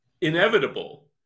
inevitable